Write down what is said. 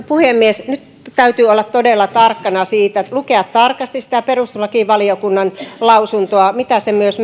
puhemies nyt täytyy olla todella tarkkana siitä lukea tarkasti sitä perustuslakivaliokunnan lausuntoa mitä se myös